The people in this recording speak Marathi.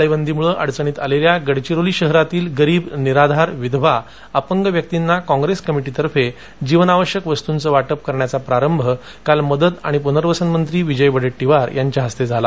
टाळेबंदीमुळे अडचणीत आलेल्या गडचिरोली शहरातील गरीब निराधार विधवा अपंग व्यक्तींना काँग्रेस कमिटीतर्फे जीवनावश्यक वस्तूंचे वाटप करण्याचा प्रारभ काल मदत आणि प्नर्वसन मंत्री विजय वडेट्टीवार यांच्या हस्ते झाला